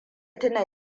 tuna